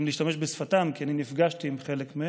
אם להשתמש בשפתם, כי נפגשתי עם חלק מהם,